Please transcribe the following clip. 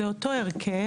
זה אותו הרכב,